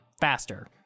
faster